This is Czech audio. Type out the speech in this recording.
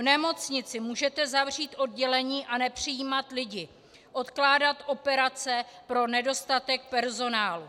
V nemocnici můžete zavřít oddělení a nepřijímat lidi, odkládat operace pro nedostatek personálu.